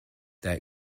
this